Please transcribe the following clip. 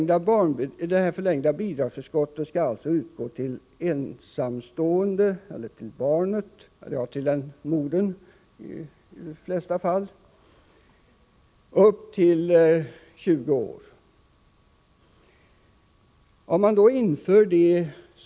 Det förlängda bidragsförskottet skall alltså utgå till underhållsberättigade till dess barnet uppnått 20 års ålder.